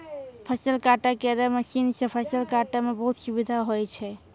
फसल काटै केरो मसीन सँ फसल काटै म बहुत सुबिधा होय छै